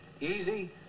easy